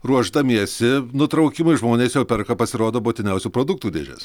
ruošdamiesi nutraukimui žmonės jau perka pasirodo būtiniausių produktų dėžes